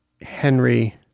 Henry